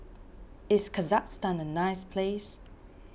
is Kazakhstan a nice place